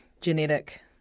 genetic